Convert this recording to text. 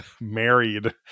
married